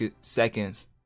seconds